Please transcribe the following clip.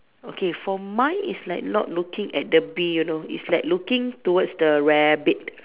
okay for mine is like not looking at the bee you know it's like looking towards the rabbit